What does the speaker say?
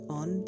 on